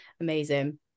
amazing